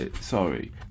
sorry